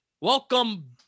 Welcome